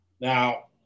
Now